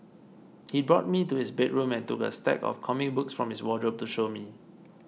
he brought me to his bedroom and took a stack of comic books from his wardrobe to show me